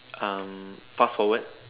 um fast forward